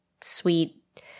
sweet